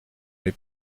n’ai